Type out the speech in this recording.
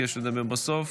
ביקש לדבר בסוף,